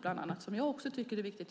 bland annat gjort som är viktigt är att se till att det finns tillgång till fordonsgas.